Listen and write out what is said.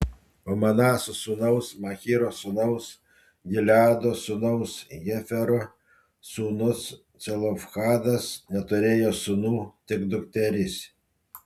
o manaso sūnaus machyro sūnaus gileado sūnaus hefero sūnus celofhadas neturėjo sūnų tik dukteris